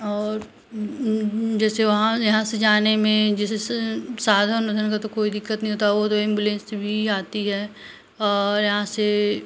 और जैसे वहाँ यहाँ से जाने में जैसे साधन वाधन का तो कोई दिक्कत नहीं होता वो तो एम्बुलेंस भी आती है और यहाँ से